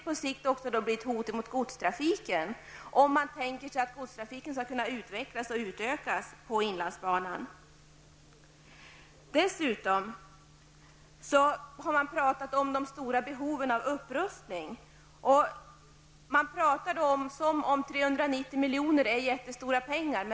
På sikt blir det också ett hot mot godstrafiken om man tänker sig att den skall kunna utvecklas och utökas på inlandsbanan. Dessutom har man talat om de stora behoven av upprustning. Man talar också om 390 miljoner, vilket är jättemycket pengar.